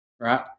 right